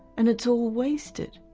and it's all wasted.